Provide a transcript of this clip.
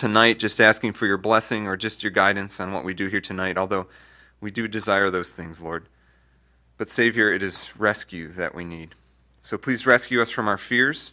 tonight just asking for your blessing or just your guidance on what we do here tonight although we do desire those things lord but savior it is rescue that we need so please rescue us from our fears